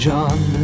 John